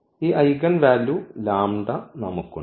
ഈ eigenvalue lambda നമുക്കുണ്ട്